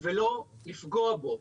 בלי לפגוע בו.